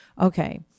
Okay